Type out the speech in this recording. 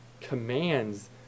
commands